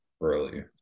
early